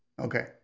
okay